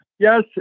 Yes